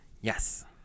Yes